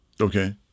Okay